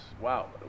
wow